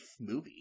movie